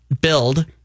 build